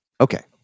Okay